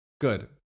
Good